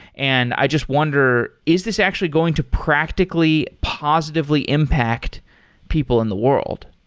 and i just wonder, is this actually going to practically positively impact people in the world?